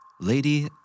Lady